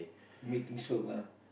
make things work ah